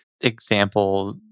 example